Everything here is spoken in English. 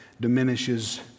diminishes